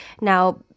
Now